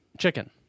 chicken